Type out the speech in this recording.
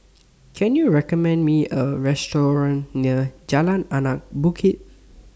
Can YOU recommend Me A Restaurant near Jalan Anak Bukit